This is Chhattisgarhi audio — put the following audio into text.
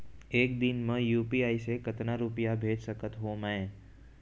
एक दिन म यू.पी.आई से कतना रुपिया भेज सकत हो मैं?